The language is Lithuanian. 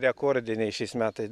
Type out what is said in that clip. rekordiniai šiais metais